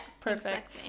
perfect